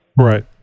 Right